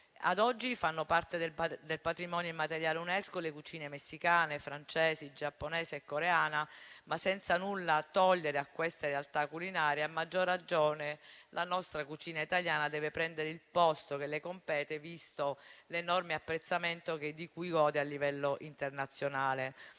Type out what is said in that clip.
Ad oggi fanno parte del patrimonio immateriale UNESCO le cucine messicana, francese, giapponese e coreana. Senza nulla togliere a queste realtà culinarie, a maggior ragione la nostra cucina italiana deve prendere il posto che le compete, visto l'enorme apprezzamento di cui gode a livello internazionale.